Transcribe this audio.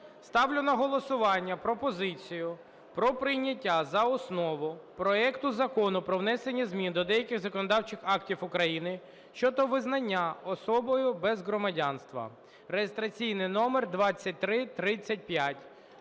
Ставлю на голосування пропозицію про прийняття за основу проекту Закону про внесення змін до деяких законодавчих актів України щодо визнання особою без громадянства (реєстраційний номер 2335).